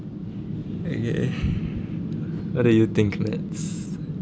okay what do you think max